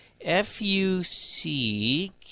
F-U-C